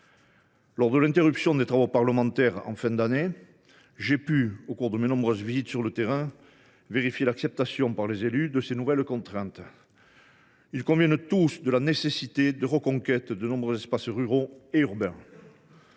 Durant l’interruption des travaux parlementaires, en fin d’année dernière, j’ai pu, au cours de mes nombreuses visites sur le terrain, constater l’acceptation par les élus de ces nouvelles contraintes. Ces derniers conviennent tous de la nécessité de reconquérir de nombreux espaces ruraux et urbains.